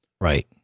right